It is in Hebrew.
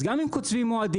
אז גם אם קוצבים מועדים,